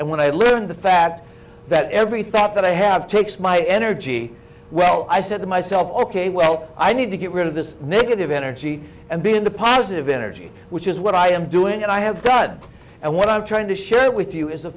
and when i live in the fact that every thought that i have takes my energy well i said to myself ok well i need to get rid of this negative energy and begin the positive energy which is what i am doing and i have done and what i'm trying to share with you is the